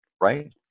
Right